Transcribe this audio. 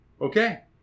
Okay